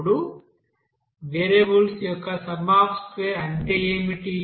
ఇప్పుడు వేరియబుల్స్ యొక్క sum of square అంటే ఏమిటి